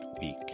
week